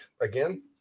again